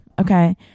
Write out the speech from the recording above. Okay